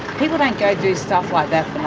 people don't go do stuff like that